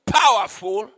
powerful